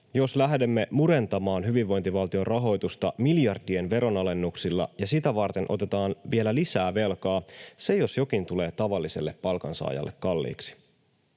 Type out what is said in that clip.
Jos lähdemme murentamaan hyvinvointivaltion rahoitusta miljardien veronalennuksilla ja sitä varten otetaan vielä lisää velkaa, se jos jokin tulee tavalliselle palkansaajalle kalliiksi.”